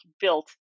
built